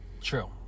True